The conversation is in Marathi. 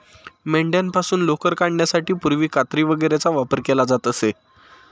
मेंढ्यांपासून लोकर काढण्यासाठी पूर्वी कात्री वगैरेचा वापर केला जात असे